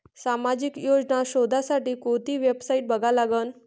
सामाजिक योजना शोधासाठी कोंती वेबसाईट बघा लागन?